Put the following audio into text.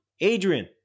Adrian